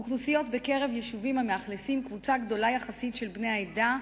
אוכלוסיות ביישובים שבהם קבוצה גדולה יחסית של בני העדה,